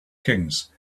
kings